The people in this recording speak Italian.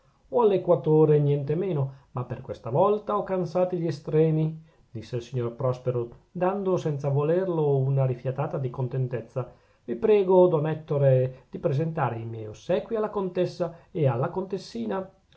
esempio o all'equatore nientemeno ma per questa volta ho cansati gli estremi disse il signor prospero dando senza volerlo una rifiatata di contentezza vi prego don ettore di presentare i miei ossequi alla contessa e alla contessina